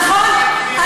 נכון.